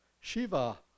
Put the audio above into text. Shiva